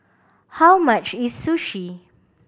how much is Sushi